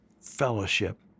fellowship